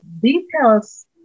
details